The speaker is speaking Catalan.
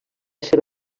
seva